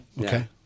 Okay